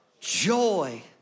Joy